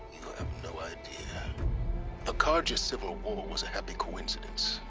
have no idea the carja civil war was a happy coincidence.